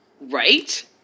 Right